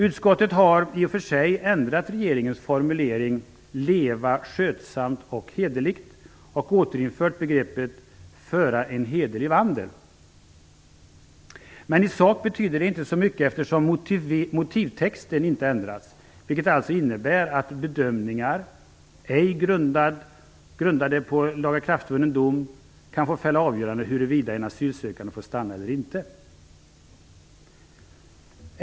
Utskottet har i och för sig ändrat regeringens formulering "leva skötsamt och hederligt" och återinfört begreppet "föra en hederlig vandel". Men i sak betyder det inte så mycket, eftersom motivtexten inte ändrats. Det innebär alltså att bedömningar, som ej är grundade på en lagakraftvunnen dom, kan få fälla avgörandet huruvida en asylsökande får stanna eller inte.